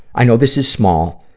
i know this is small,